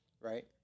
Right